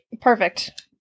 perfect